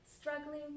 struggling